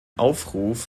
aufruf